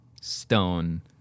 Stone